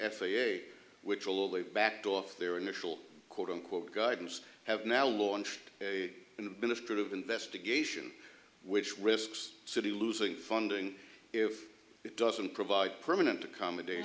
a which will they backed off their initial quote unquote guidance have now launched a minister of investigation which whisks city losing funding if it doesn't provide permanent accommodati